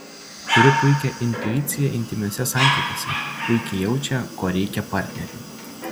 turi puikią intuiciją intymiuose santykiuose puikiai jaučia ko reikia partneriui